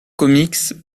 comics